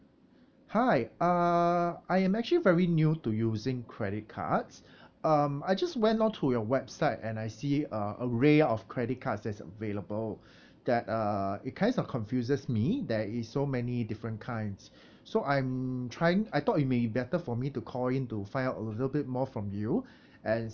hi uh I'm actually very new to using credit cards um I just went on to your website and I see uh array of credit cards that's available that uh it kinds of confuses me there is so many different kinds so I'm trying I thought it may better for me to call in to find out a little bit more from you and